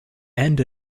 and